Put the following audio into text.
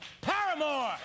Paramore